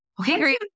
okay